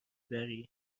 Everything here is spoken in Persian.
بری